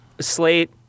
Slate